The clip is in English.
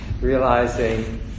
realizing